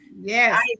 Yes